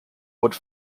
would